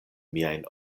miajn